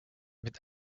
mit